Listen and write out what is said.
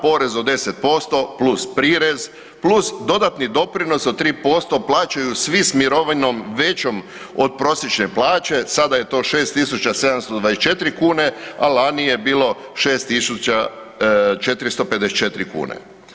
porez od 10% plus prirez plus dodatni doprinos od 3% plaćaju svi s mirovinom većom od prosječne plaće, sada je to 6724 kn a lani je bilo 6454 kune.